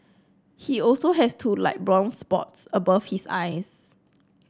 he also has two light brown spots above his eyes